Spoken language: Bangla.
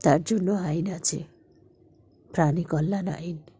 তার জন্য আইন আছে প্রাণী কল্যাণ আইন